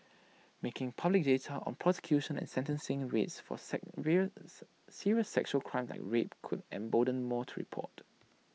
making public data on prosecution and sentencing rates for serious sexual crimes like rape could embolden more to report